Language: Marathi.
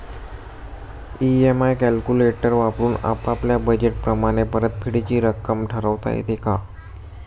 इ.एम.आय कॅलक्युलेटर वापरून आपापल्या बजेट प्रमाणे परतफेडीची रक्कम ठरवता येते का?